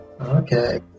Okay